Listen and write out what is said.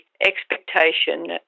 expectation